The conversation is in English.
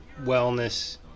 wellness